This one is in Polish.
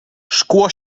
szkło